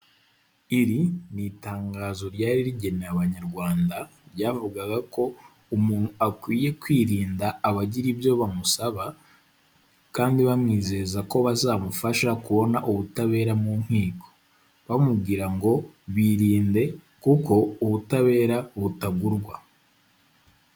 Iri ni itangazo ryari rigenewe abanyarwanda, ryavugaga ko umuntu akwiye kwirinda abagira ibyo bamusaba, kandi bamwizeza ko bazamufasha kubona ubutabera mu nkiko, bamubwira ngo birinde kuko ubutabera butagurwa.